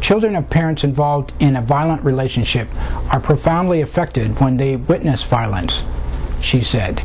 children of parents involved in a violent relationship are profoundly affected point they witnessed violence she said